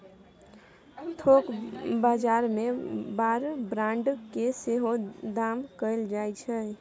थोक बजार मे बार ब्रांड केँ सेहो दाम कएल जाइ छै